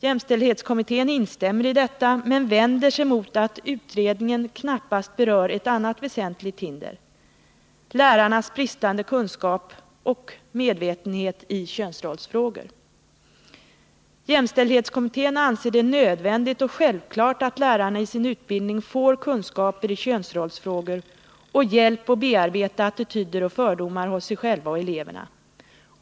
Jämställdhetskommittén instämmer i detta, men vänder sig mot att utredningen knappast berör ett annat väsentligt hinder — lärarnas bristande kunskaper och medvetenhet i könsrollsfrågor. Jämställdhetskommittén anser det nödvändigt och självklart att lärarna i sin utbildning får kunskaper i könsrollsfrågor och hjälp att bearbeta attityder och fördomar hos sig själva och eleverna.